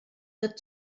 der